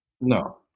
No